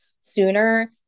sooner